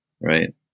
right